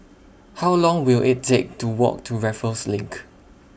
How Long Will IT Take to Walk to Raffles LINK